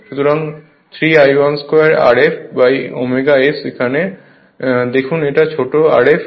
সুতরাং 3 I12 Rf ω S এখানে দেখুন এটা ছোট Rf